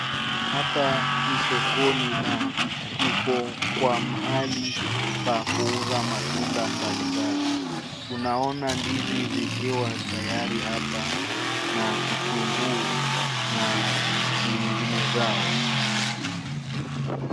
Hapa ni sokoni na tuko kwa mahali pa kuuza matunda mbalimbali. Unaona ndizi zikiwa tayari hapa na kitunguu na mengine zao.